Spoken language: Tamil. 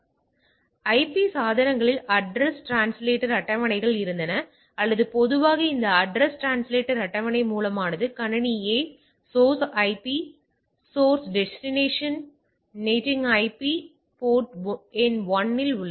எனவே ஐபி சாதனங்களில் அட்ரஸ் ட்ரான்ஸ்லேட்டர் அட்டவணைகள் இருந்தன அல்லது பொதுவாக இது அட்ரஸ் ட்ரான்ஸ்லேட்டர் அட்டவணை மூலமானது கணினி A சோர்ஸ் ஐபி இது ஒன்று சோர்ஸ் டெஸ்டினேஷன் நேட்டிங் ஐபி இது போர்ட் எண் 1 இல் உள்ளது